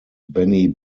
benny